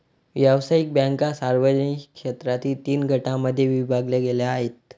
व्यावसायिक बँका सार्वजनिक क्षेत्रातील तीन गटांमध्ये विभागल्या गेल्या आहेत